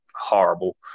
horrible